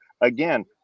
again